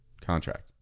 contract